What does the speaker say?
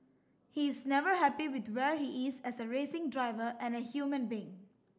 he is never happy with where he is as a racing driver and a human being